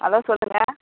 hello சொல்லுங்கள்